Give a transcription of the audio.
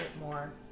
more